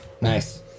nice